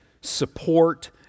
support